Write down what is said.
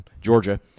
Georgia